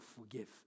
forgive